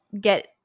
get